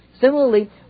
Similarly